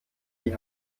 die